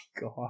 god